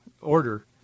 order